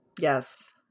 Yes